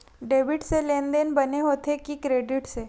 Debit से लेनदेन बने होथे कि क्रेडिट से?